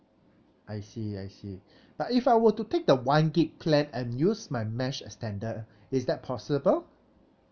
I see I see but if I were to take a one gig plan and use my mesh extender is that possible